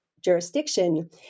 jurisdiction